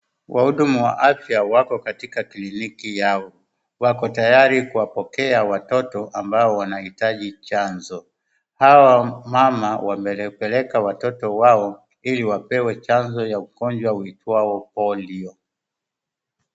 Wahudumu wa afya wako katika kliniki yao. Wako tayari kuwapokea watoto ambao wanahitaji chanjo. Hawa wamama wamepeleka watoto wao ili wapewe chanjo ya ugonjwa uitwao polio.